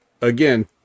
again